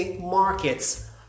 markets